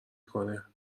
کنه